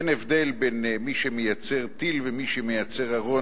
אין הבדל בין מי שמייצר טיל ומי שמייצר ארון.